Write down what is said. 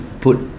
put